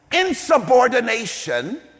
insubordination